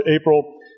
April